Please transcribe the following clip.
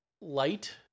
Light